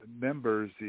members